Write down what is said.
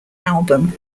album